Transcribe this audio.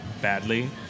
badly